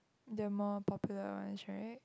the more popular ones right